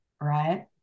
right